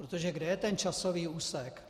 Protože kde je ten časový úsek?